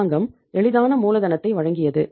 அரசாங்கம் எளிதான மூலதனத்தை வழங்கியது